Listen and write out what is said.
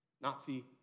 Nazi